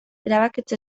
erabakitze